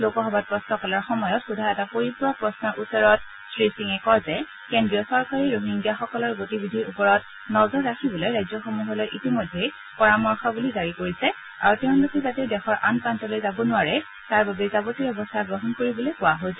লোকসভাত প্ৰশ্নকালৰ সময়ত সোধা এটা পৰিপূৰক প্ৰশ্নৰ উত্তৰত শ্ৰী সিঙে কয় যে কেন্দ্ৰীয় চৰকাৰে ৰোহিংগিয়াসকলৰ গতিবিধিৰ ওপৰত নজৰ ৰাখিবলৈ ৰাজ্যসমূহলৈ ইতিমধ্যে পৰামৰ্শাৱলী জাৰি কৰিছে আৰু তেওঁলোক যাতে দেশৰ আন প্ৰান্তলৈ যাব নোৱাৰে তাৰ বাবে যাবতীয় ব্যৱস্থা গ্ৰহণ কৰিবলৈ কোৱা হৈছে